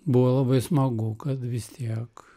buvo labai smagu kad vis tiek